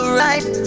right